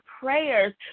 prayers